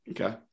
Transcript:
Okay